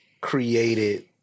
created